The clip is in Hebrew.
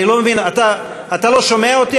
אני לא מבין, אתה, אתה לא שומע אותי?